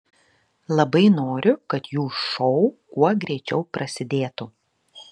labai noriu kad jų šou kuo greičiau prasidėtų